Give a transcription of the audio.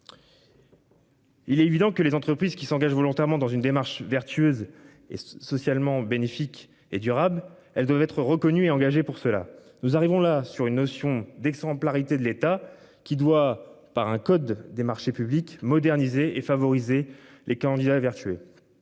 Il est évident que les entreprises qui s'engagent volontairement dans une démarche vertueuse et socialement bénéfique et durable. Elle devait être reconnu et engagé pour cela nous arrivons là sur une notion d'exemplarité de l'État qui doit par un code des marchés publics moderniser et favoriser les candidats vertueux.